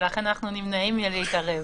ולכן אנחנו נמנעים מלהתערב.